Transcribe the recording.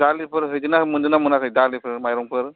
दालिफोर हैदोंना मोन्दोंना मोनाखै दालिफोर माइरंफोर